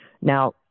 Now